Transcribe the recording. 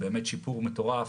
באמת שיפור מטורף.